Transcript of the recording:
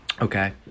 okay